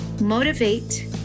motivate